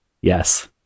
Yes